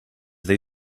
they